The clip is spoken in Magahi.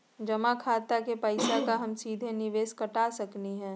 जमा खाता के पैसा का हम सीधे निवेस में कटा सकली हई?